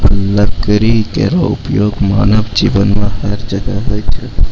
लकड़ी केरो उपयोग मानव जीवन में हर जगह होय छै